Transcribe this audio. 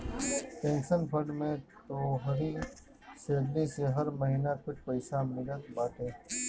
pension fund में तोहरी salary से हर महिना कुछ पईसा मिलत बाटे